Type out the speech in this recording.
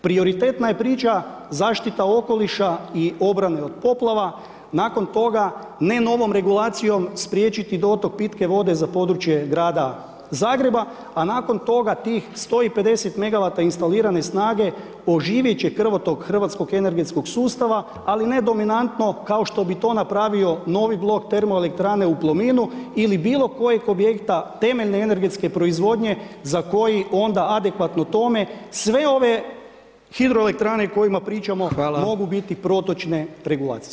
Prioritetna je priča zaštita okoliša i obrane od poplave, nakon toga, ne novom regulacijom spriječiti dotok pitke vode za područje Grada Zagreba, a nakon toga tih 150 megawata instalirane snage, oživjeti će krvotok hrvatskog energetskog sustava ali ne dominanto, kao što bi to napravio novi blog termoelektrane u Plominu ili bilo kojeg objekta, temeljene energetske proizvodnje, za koji onda adekvatno tone, sve ove hidroelektrane o kojima pričamo, mogu biti protočne, regulacijske.